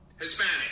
Hispanic